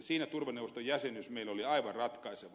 siinä turvaneuvoston jäsenyys meillä oli aivan ratkaiseva